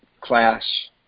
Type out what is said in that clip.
class